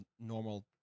normal